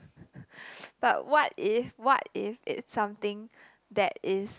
but what if what if it's something that is